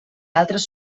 altres